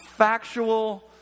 factual